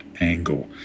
angle